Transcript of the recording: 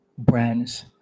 Brands